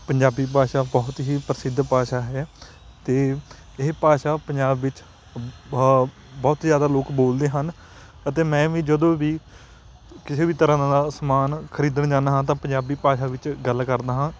ਪੰਜਾਬੀ ਭਾਸ਼ਾ ਬਹੁਤ ਹੀ ਪ੍ਰਸਿੱਧ ਭਾਸ਼ਾ ਹੈ ਅਤੇ ਇਹ ਭਾਸ਼ਾ ਪੰਜਾਬ ਵਿੱਚ ਬਾ ਬਹੁਤ ਜ਼ਿਆਦਾ ਲੋਕ ਬੋਲਦੇ ਹਨ ਅਤੇ ਮੈਂ ਵੀ ਜਦੋਂ ਵੀ ਕਿਸੇ ਵੀ ਤਰ੍ਹਾਂ ਦਾ ਨਾਲ ਸਮਾਨ ਖਰੀਦਣ ਜਾਂਦਾ ਹਾਂ ਤਾਂ ਪੰਜਾਬੀ ਭਾਸ਼ਾ ਵਿੱਚ ਗੱਲ ਕਰਦਾ ਹਾਂ